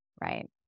Right